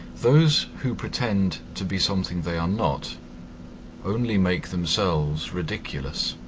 those who pretend to be something they are not only make themselves ridiculous.